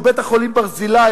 בית-החולים "ברזילי",